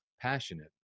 passionate